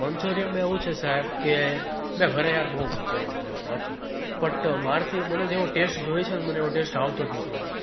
મંચૂરિયનમાં એવું છે સાહેબ કે મેં ઘરે યાર બહુ મંચૂરિયમ બનાવ્યું સાચું બટ મારાથી મને જેવો ટેસ્ટ જોઈએ છે મને એવો ટેસ્ટ આવતો જ નથી યાર